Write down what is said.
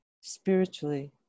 spiritually